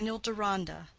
daniel deronda,